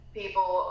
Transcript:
people